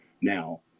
Now